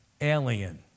alien